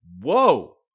Whoa